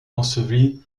enseveli